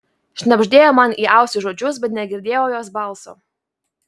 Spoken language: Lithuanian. šnabždėjo man į ausį žodžius bet negirdėjau jos balso